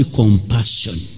compassion